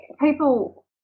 people